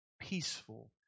peaceful